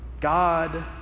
God